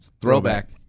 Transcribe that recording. throwback